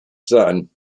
son